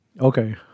Okay